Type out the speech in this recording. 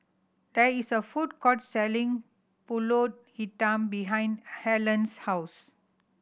there is a food court selling Pulut Hitam behind Alleen's house